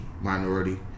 minority